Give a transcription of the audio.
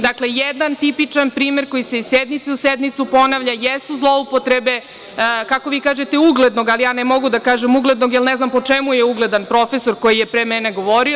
Dakle, jedan tipičan primer koji se iz sednice u sednicu ponavlja jesu zloupotrebe, kako vi kažete uglednog, ali ne mogu da kažem uglednog, jer ne znam po čemu je ugledan profesor koji je pre mene govorio.